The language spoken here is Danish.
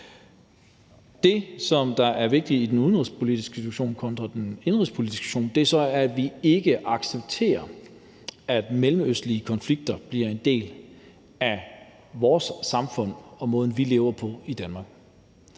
Det, der er vigtigt i den udenrigspolitiske situation kontra den indenrigspolitiske situation, er så, at vi ikke accepterer, at mellemøstlige konflikter bliver en del af vores samfund og måden, vi lever på i Danmark.